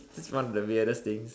one of the weirdest things